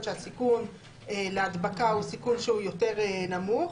שהסיכון להדבקה הוא סיכון יותר נמוך.